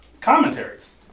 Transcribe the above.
commentaries